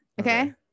Okay